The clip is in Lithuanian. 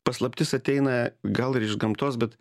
paslaptis ateina gal ir iš gamtos bet